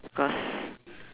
because